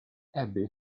abby